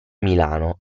milano